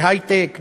להיי-טק,